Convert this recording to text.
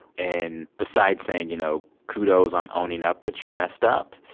and besides saying, you know, kudos on owning up that you messed up,